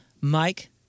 Mike